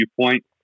viewpoint